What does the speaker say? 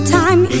time